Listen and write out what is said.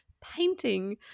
painting